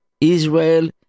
Israel